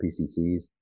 PCCs